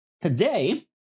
Today